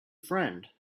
friend